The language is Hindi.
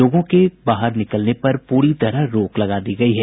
लोगों के बाहर निकलने पर पूरी तरह रोक लगा दी गयी है